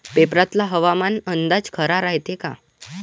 पेपरातला हवामान अंदाज खरा रायते का?